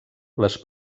les